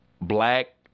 black